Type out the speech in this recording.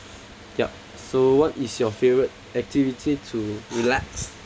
yup so what is your favourite activity to relax